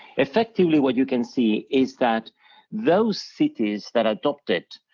effectively what you can see is that those cities that adopted